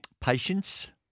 Patience